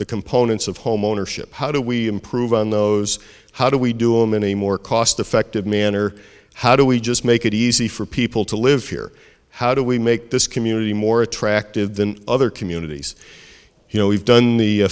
the components of homeownership how do we improve on those how do we do in many more cost effective manner how do we just make it easy for people to live here how do we make this community more attractive than other communities you know we've done the